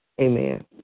Amen